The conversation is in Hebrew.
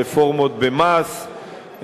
הרפורמות במס,